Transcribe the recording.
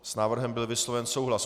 S návrhem byl vysloven souhlas.